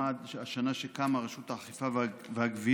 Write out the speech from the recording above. השנה שבה קמה רשות האכיפה והגבייה,